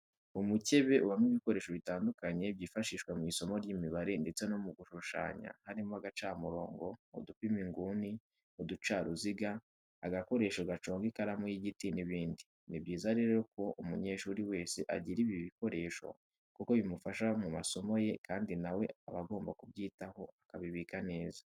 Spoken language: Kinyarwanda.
Umukebe ubamo ibikoresho bitandukanye byifashishwa mu isomo ry'imibare ndetse no mu gushushanya harimo ugacamurongo, udupima inguni, uducaruziga, agakorosho gaconga ikaramu y'igiti n'ibindi. Ni byiza rero ko umunyeshuri wese agira ibi bikoresho kuko bimufasha mu masomo ye kandi na we aba agomba kubyitaho akabibika neza.